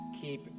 keep